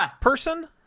Person